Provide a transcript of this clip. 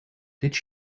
did